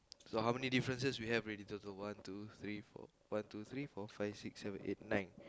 so how many differences we have already in total one two three four one two three four five six seven eight nine